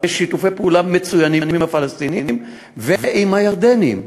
יש שיתופי פעולה מצוינים עם הפלסטינים ועם הירדנים,